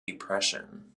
depression